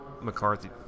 McCarthy